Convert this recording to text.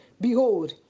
behold